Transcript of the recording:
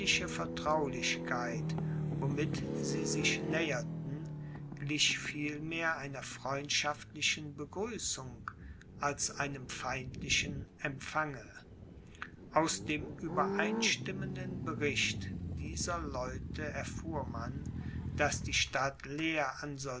vertraulichkeit womit sie sich näherten glich vielmehr einer freundschaftlichen begrüßung als einem feindlichen empfange aus dem übereinstimmenden bericht dieser leute erfuhr man daß die stadt